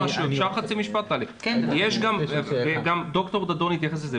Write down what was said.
גם ד"ר דאדון התייחס לזה,